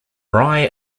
rye